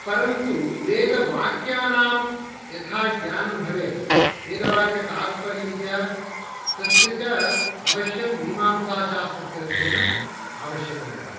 परन्तु वेदवाक्यानां यथा ज्ञानं भवेत् वेदवाक्यतात्पर्यं च तस्य च अवश्यं मीमांसाशास्त्रस्य अध्ययनम् आवश्यकमेव